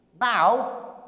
Now